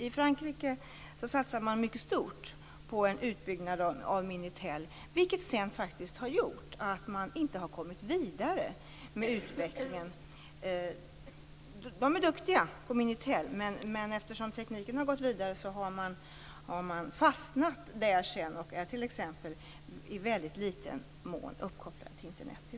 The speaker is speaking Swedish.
I Frankrike har man satsat mycket stort på en utbyggnad av Minitel, vilket sedan har gjort att man inte har kommit vidare med utvecklingen. De är duktiga på Minitel men har fastnat där, fastän tekniken har gått vidare. De är t.ex. i dag i väldig liten omfattning uppkopplade till Internet.